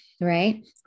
Right